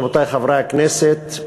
רבותי חברי הכנסת,